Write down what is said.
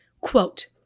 Quote